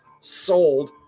sold